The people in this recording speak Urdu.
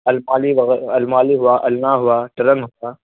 المالی وغ المالی ہوا النا ہوا ترن ہوا